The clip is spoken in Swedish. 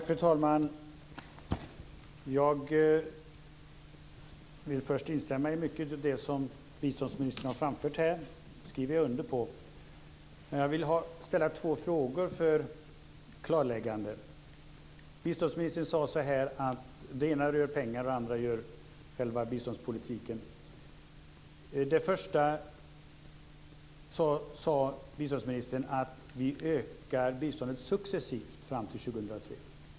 Fru talman! Jag vill först instämma i mycket av det som biståndsministern har framfört här. Det skriver jag under på. Men jag vill ställa två frågor för klarläggande. Biståndsministern sade att det ena rör pengar och att det andra rör själva biståndspolitiken. Biståndsministern sade att vi ökar biståndet successivt fram till 2003.